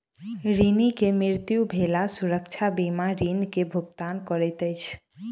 ऋणी के मृत्यु भेला सुरक्षा बीमा ऋण के भुगतान करैत अछि